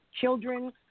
children